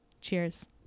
Cheers